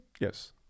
Yes